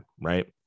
right